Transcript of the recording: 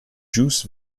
ĵus